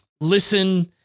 listen